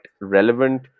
relevant